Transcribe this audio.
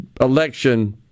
election